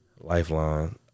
Lifeline